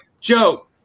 Joe